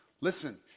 listen